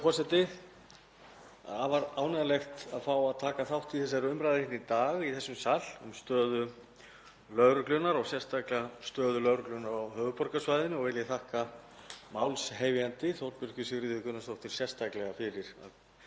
afar ánægjulegt að fá að taka þátt í þessari umræðu í dag í þessum sal um stöðu lögreglunnar og sérstaklega stöðu lögreglunnar á höfuðborgarsvæðinu. Vil ég þakka málshefjanda, hv. þm. Þorbjörgu Sigríði Gunnlaugsdóttur, sérstaklega fyrir